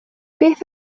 beth